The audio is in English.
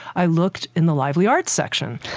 i looked in the lively arts section.